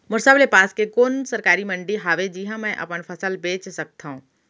मोर सबले पास के कोन सरकारी मंडी हावे जिहां मैं अपन फसल बेच सकथव?